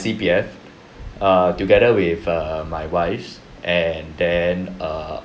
C_P_F err together with err my wife and then err